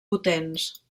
potents